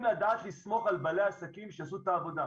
לדעת לסמוך על בעלי העסקים שיעשו את העבודה.